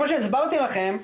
כמו שהסברתי לכם,